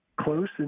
close